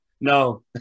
No